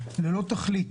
ללא תכלית.